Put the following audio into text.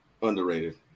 Underrated